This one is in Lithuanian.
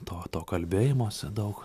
to to kalbėjimosi daug